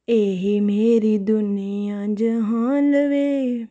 एही मेरी दुनिया जहान बे